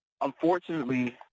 unfortunately